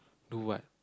do what